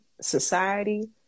society